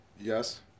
Yes